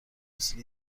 مثل